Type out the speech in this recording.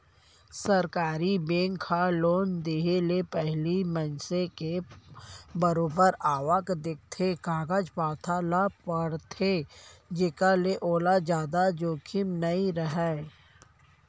सरकारी बेंक ह लोन देय ले पहिली मनसे के बरोबर आवक देखथे, कागज पतर ल परखथे जेखर ले ओला जादा जोखिम नइ राहय